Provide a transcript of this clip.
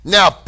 Now